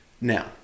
Now